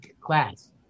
class